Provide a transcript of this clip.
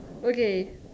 okay